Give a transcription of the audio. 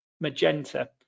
magenta